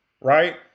right